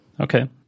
Okay